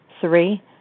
Three